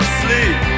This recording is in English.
sleep